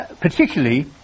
particularly